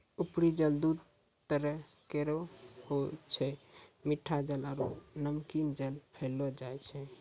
उपरी जल दू तरह केरो होय छै मीठा जल आरु नमकीन जल पैलो जाय छै